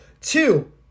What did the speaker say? Two